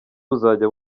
buzajya